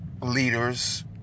leaders